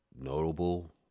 notable